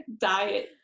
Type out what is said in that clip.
diet